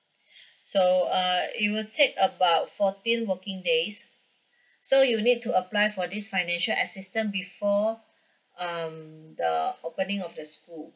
so err it will take about fourteen working days so you need to apply for this financial assistance before um the opening of the school